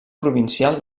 provincial